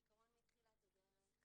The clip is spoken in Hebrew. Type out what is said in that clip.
כעיקרון, מתחילת הדרך